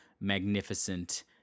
magnificent